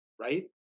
Right